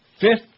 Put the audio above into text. Fifth